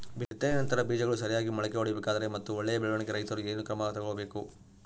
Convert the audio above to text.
ಬಿತ್ತನೆಯ ನಂತರ ಬೇಜಗಳು ಸರಿಯಾಗಿ ಮೊಳಕೆ ಒಡಿಬೇಕಾದರೆ ಮತ್ತು ಒಳ್ಳೆಯ ಬೆಳವಣಿಗೆಗೆ ರೈತರು ಏನೇನು ಕ್ರಮ ತಗೋಬೇಕು?